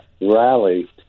rally